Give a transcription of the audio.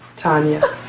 tonya,